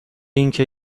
اینکه